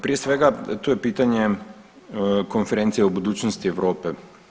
Prije svega tu je pitanje Konferencije o budućnosti Europe.